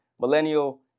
millennial